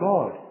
God